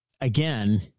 again